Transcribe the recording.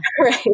Right